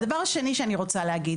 הדבר השני שאני רוצה להגיד